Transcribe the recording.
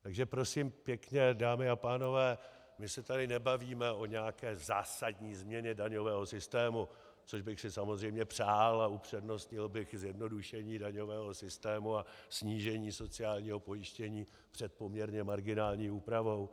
Takže prosím pěkně, dámy a pánové, my se tady nebavíme o nějaké zásadní změně daňového systému, což bych si samozřejmě přál, a upřednostnil bych zjednodušení daňového systému a snížení sociálního pojištění před poměrně marginální úpravou.